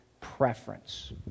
preference